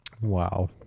Wow